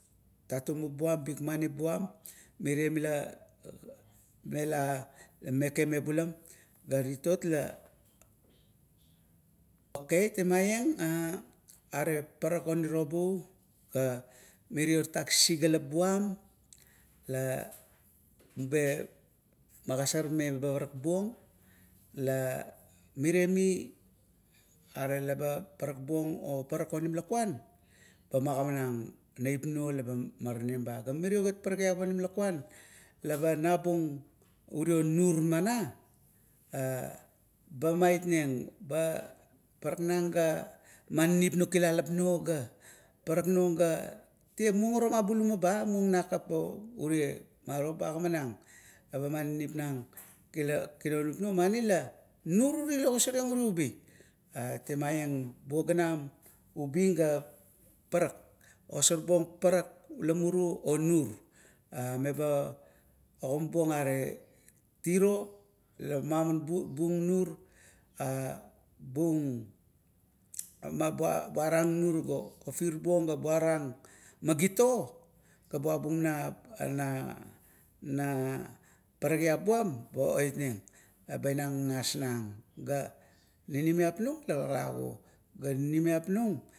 Tatimup buam, bikmanip buam mirie la meke mebulam. Titot la temaieng are paparak oirobu ga mirio tatak sisigalap buam la ba magosormeng meba parak buong. La miremi leba parak buong ga o parak onim lukua ba magimanang neip nuo leba maranim ba. Ga mirio gat parakiap onim lukuan liba nabu urio nur mana eba matneng, eba paraknang ga maninip nung kilalap nuo ga paraknug ga muong arom abuluma ba, menakap bo ure maro, bagogimanang eba maninip nang kilan, kinolup nuo muana la nur uri la ogosareng uri ubi. A temaieng, bubuo ganam ubi ga parak, ogasorbuong parak ula mumuru o nur. Eba ogimabuong gare tiro la bung nur, bung nur eba buarang nur ga ofir buong ga buarang magit o ga buabung na, na paparakiap buam ba iotneng ba tina gagas nung. Ninimiap nung la laklago, ga ninimiap nung.